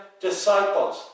disciples